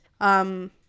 um-